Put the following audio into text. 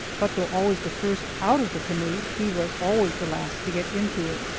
but though always the first out of the canoe, he was always the last to get into it.